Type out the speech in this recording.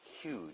huge